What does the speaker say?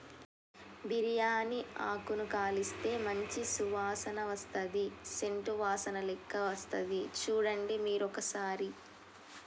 బిరియాని ఆకును కాలిస్తే మంచి సువాసన వస్తది సేంట్ వాసనలేక్క వస్తది చుడండి మీరు ఒక్కసారి